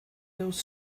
those